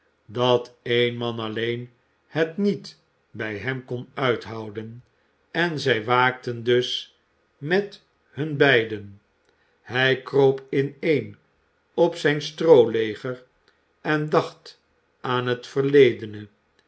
dat één man alleen het niet bij hem kon uithouden en zij waakten dus met hun beiden hij kroop ineen op zijn strooleger en dacht aan het verledene